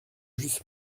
just